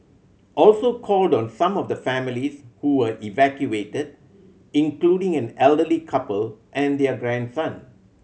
also called on some of the families who were evacuated including an elderly couple and their grandson